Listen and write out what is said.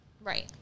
Right